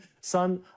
son